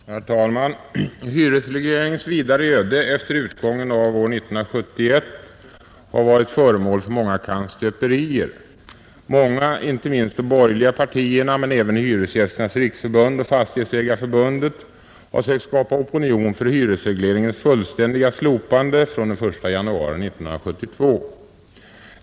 Herr talman! Hyresregleringens vidare öde efter utgången av år 1971 har varit föremål för många kannstöperier. Många, inte minst de borgerliga partierna men även Hyresgästernas riksförbund och Fastighetsägareförbundet, har försökt skapa opinion för hyresregleringens fullständiga slopande från den 1 januari 1972.